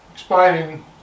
Explaining